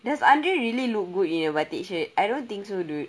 does andre really look good in a batik shirt I don't think so dude